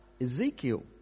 Ezekiel